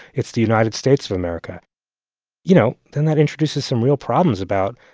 it's the united states of america you know, then that introduces some real problems about,